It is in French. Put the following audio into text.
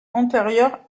antérieure